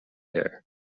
air